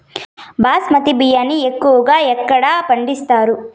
బాస్మతి బియ్యాన్ని ఎక్కువగా ఎక్కడ పండిస్తారు?